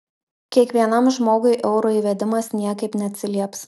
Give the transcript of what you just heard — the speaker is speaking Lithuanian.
kiekvienam žmogui euro įvedimas niekaip neatsilieps